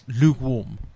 lukewarm